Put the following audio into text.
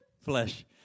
flesh